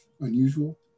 unusual